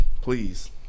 Please